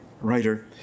writer